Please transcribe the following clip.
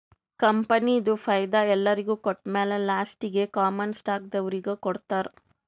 ಕಂಪನಿದು ಫೈದಾ ಎಲ್ಲೊರಿಗ್ ಕೊಟ್ಟಮ್ಯಾಲ ಲಾಸ್ಟೀಗಿ ಕಾಮನ್ ಸ್ಟಾಕ್ದವ್ರಿಗ್ ಕೊಡ್ತಾರ್